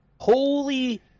Holy